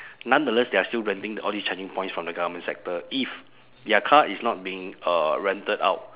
nonetheless they are still renting all these charging points from the government sector if their car is not being uh rented out